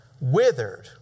withered